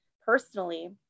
personally